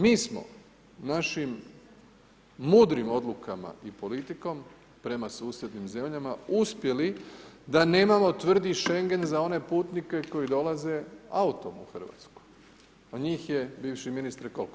Mi smo našim mudrim odlukama i politikom prema susjednim zemljama uspjeli da nemamo tvrdi Schengen za one putnike koji dolaze autom u RH, a njih je, bivši ministre, koliko?